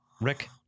Rick